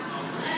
לוותר